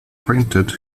printed